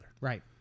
Right